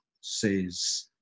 says